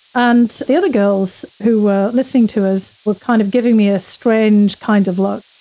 and the other girls who were listening to us were kind of giving me a strange kind of look.